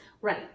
Right